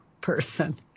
person